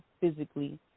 physically